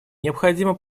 необходимо